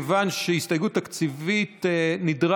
מכיוון שהסתייגות תקציבית,